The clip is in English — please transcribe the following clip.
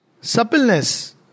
suppleness